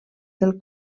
del